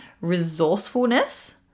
resourcefulness